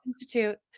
institute